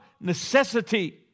necessity